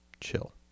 Chill